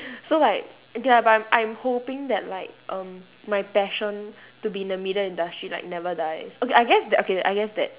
so like ya but I'm I'm hoping that like um my passion to be in the media industry like never dies okay I guess that okay I guess that